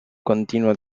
continuo